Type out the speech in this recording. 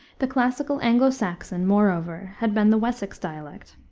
the classical anglo-saxon, moreover, had been the wessex dialect,